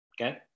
Okay